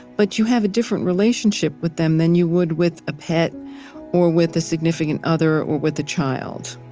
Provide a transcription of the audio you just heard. but you have a different relationship with them than you would with a pet or with a significant other or with a child.